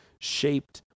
Shaped